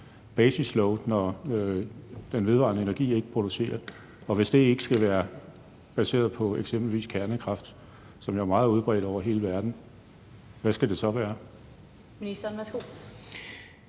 base load, når den vedvarende energi ikke producerer? Og hvis det ikke skal være baseret på eksempelvis kernekraft, som jo er meget udbredt over hele verden, hvad skal det så være?